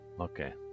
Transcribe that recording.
okay